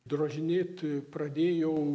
drožinėti pradėjau